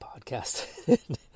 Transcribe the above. podcast